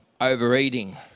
overeating